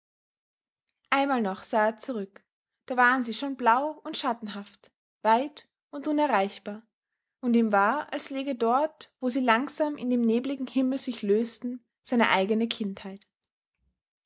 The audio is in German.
einmal noch sah er zurück da waren sie schon blau und schattenhaft weit und unerreichbar und ihm war als läge dort wo sie langsam in dem nebligen himmel sich lösten seine eigene kindheit